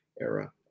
era